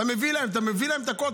אתה מביא להם את הכול,